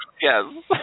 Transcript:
Yes